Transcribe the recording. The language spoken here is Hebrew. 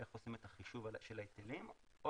איך את עושים את החישוב על ההיטלים או